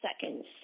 seconds